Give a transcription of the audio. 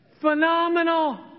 Phenomenal